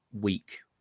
week